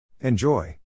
Enjoy